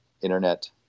internet